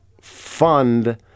fund